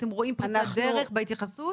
אתם רואים פריצת דרך בהתייחסות?